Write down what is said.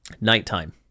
nighttime